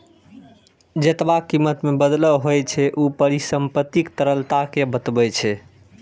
जेतबा कीमत मे बदलाव होइ छै, ऊ परिसंपत्तिक तरलता कें बतबै छै